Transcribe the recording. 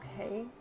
okay